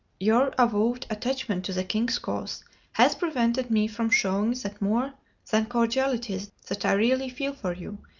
your avowed attachment to the king's cause has prevented me from showing that more than cordiality that i really feel for you,